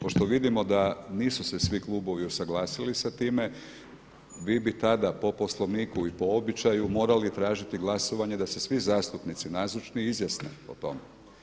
Pošto vidimo da nisu se svi klubovi usuglasili sa time vi bi tada po Poslovniku i po običaju morali tražiti glasovanje da se svi zastupnici nazočni izjasne o tome.